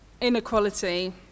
inequality